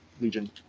Legion